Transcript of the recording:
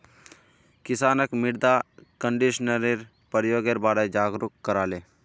किसानक मृदा कंडीशनरेर प्रयोगेर बारे जागरूक कराले